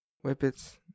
whippets